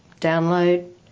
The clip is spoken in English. download